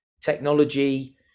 technology